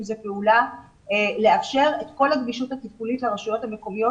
זה פעולה לאפשר את כל הגמישות התפעולית לרשויות המקומיות,